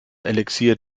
elixier